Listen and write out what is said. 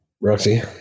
Roxy